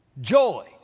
joy